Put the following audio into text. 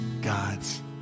God's